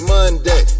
Monday